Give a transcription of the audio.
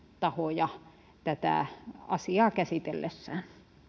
tahoja tätä asiaa käsitellessään